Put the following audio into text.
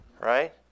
right